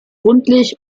rundlich